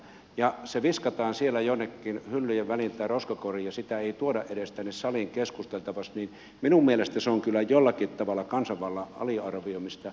kun se viskataan siellä jonnekin hyllyjen väliin tai roskakoriin ja sitä ei tuoda edes tänne saliin keskusteltavaksi niin minun mielestäni se on kyllä jollakin tavalla kansanvallan aliarvioimista